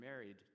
married